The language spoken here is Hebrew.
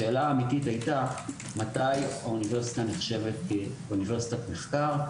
השאלה האמיתית היתה מתי היא נחשבת כאוניברסיטת מחקר.